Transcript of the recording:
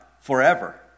forever